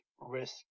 risk